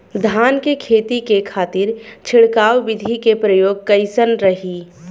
धान के खेती के खातीर छिड़काव विधी के प्रयोग कइसन रही?